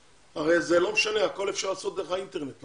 הרי זה לא משנה, הכול אפשר לעשות דרך האינטרנט.